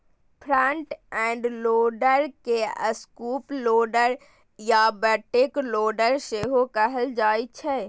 front end loader के scoop loader या bucket loader सेहो कहल जाइ छै